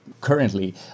currently